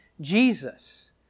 Jesus